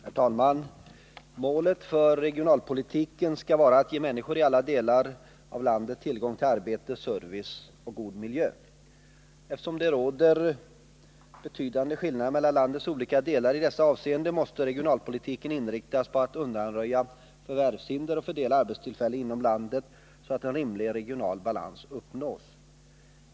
Herr talman! Målet för regionalpolitiken skall vara att ge människor i alla delar av landet tillgång till arbete, service och god miljö. Eftersom det råder betydande skillnader mellan landets olika delar i dessa avseenden måste regionalpolitiken inriktas på att undanröja förvärvshinder och fördela arbetstillfällena inom landet så att rimlig regional balans uppnås.